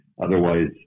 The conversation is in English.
Otherwise